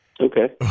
Okay